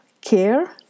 care